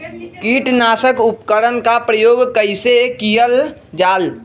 किटनाशक उपकरन का प्रयोग कइसे कियल जाल?